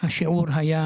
השיעור היה